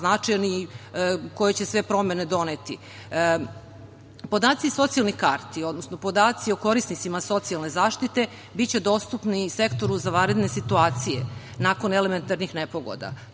značajan i koje će sve promene doneti. Podaci socijalnih karti, odnosno podaci o korisnicima socijalne zaštite biće dostupni Sektoru za vanredne situacije nakon elementarnih nepogoda.